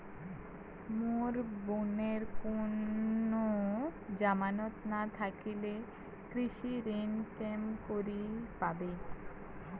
মোর বোনের কুনো জামানত না থাকিলে কৃষি ঋণ কেঙকরি পাবে?